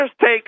take